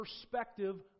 perspective